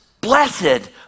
blessed